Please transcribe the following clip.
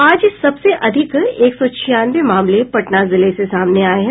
आज सबसे अधिक एक सौ छियानवे मामले पटना जिले से सामने आये हैं